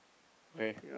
okay